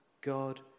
God